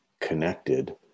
connected